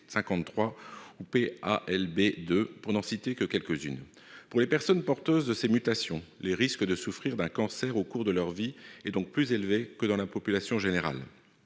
ou (PALB 2)- pour n'en citer que quelques-unes. Pour les personnes porteuses de ces mutations, le risque de souffrir d'un cancer au cours de leur vie est donc plus élevé que dans la population générale.